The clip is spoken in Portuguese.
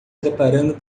preparando